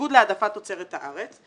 בניגוד להעדפת תוצרת הארץ.